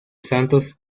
santos